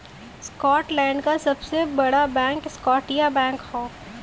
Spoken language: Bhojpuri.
स्कॉटलैंड क सबसे बड़ा बैंक स्कॉटिया बैंक हौ